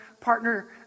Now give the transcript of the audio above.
partner